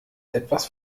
etwas